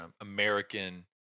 American